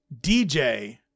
DJ